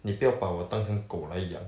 你不要把我当成狗来养